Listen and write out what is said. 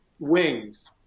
Wings